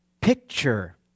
picture